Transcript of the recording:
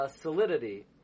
solidity